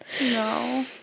No